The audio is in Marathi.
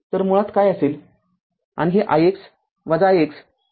तरमुळात काय असेल आणि हे ix ix ix आहे